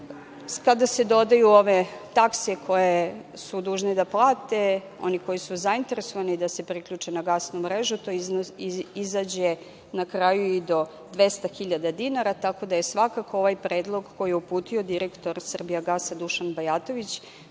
se dodaju ove takse koje su dužni da plate oni koji su zainteresovani da se priključe na gasnu mrežu, to izađe na kraju i do 200 hiljada dinara, tako da je svakako ovaj predlog koji je uputio direktor „Srbija gasa“, Dušan Bajatović,